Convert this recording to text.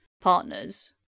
partners